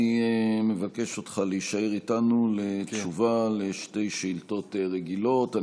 אני מבקש ממך להישאר איתנו לתשובה על שתי שאילתות רגילות.